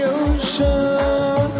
ocean